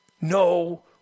No